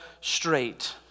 straight